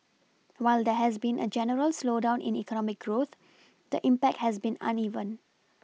while there has been a general slowdown in economic growth the impact has been uneven